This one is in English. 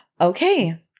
okay